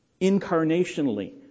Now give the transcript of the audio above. incarnationally